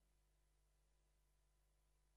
תודה.